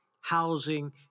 housing